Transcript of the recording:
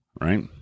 right